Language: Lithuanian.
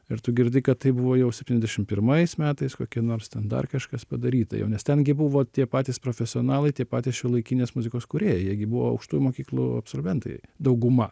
ir tu girdi kad tai buvo jau septyniasdešim pirmais metais kokie nors ten dar kažkas padaryta jau nes ten gi buvo tie patys profesionalai tie patys šiuolaikinės muzikos kūrėjai jie gi buvo aukštųjų mokyklų absolventai dauguma